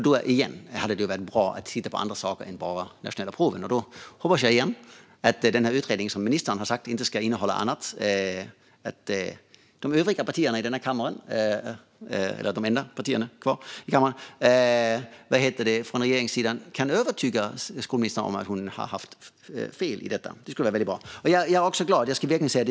Det hade därför varit bra att titta på annat än bara de nationella proven. Jag hoppas att de övriga regeringspartierna kan övertyga skolministern, som har sagt att utredningen inte ska titta på annat, om att hon har fel. Det skulle vara bra.